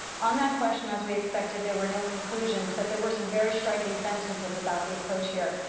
on that question, as we expected, there were no conclusions, but there were some very striking sentences about the approach here.